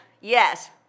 Yes